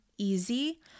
Easy